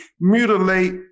mutilate